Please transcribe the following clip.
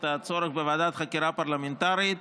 את הצורך בוועדת חקירה פרלמנטרית.